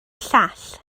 llall